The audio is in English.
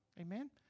Amen